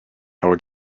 our